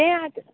तें आत